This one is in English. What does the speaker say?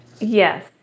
Yes